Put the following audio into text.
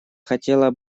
хотела